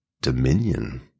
dominion